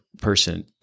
person